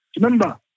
Remember